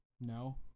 No